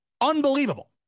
Unbelievable